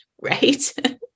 right